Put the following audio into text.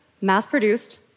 mass-produced